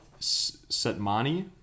Setmani